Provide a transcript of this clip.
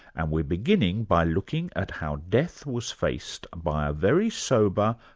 and we're beginning by looking at how death was faced by a very sober,